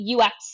UX